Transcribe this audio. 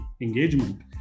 engagement